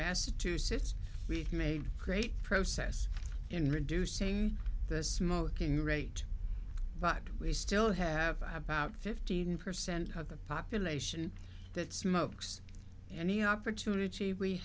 massachusetts we've made great process in reducing the smoking rate but we still have about fifteen percent of the population that smokes and the opportunity we